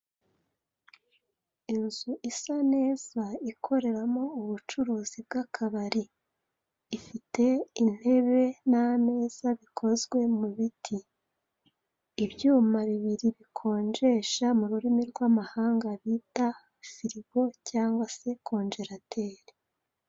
Inzu isa neza ikoreramo ubucuruzi bw'akabari, ifite intebe n'ameza bikozwe mu biti, ibyuma bibiri bikonjesha mu rurimi rwamahanga bita firigo cyangwa se konjerateri.